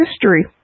history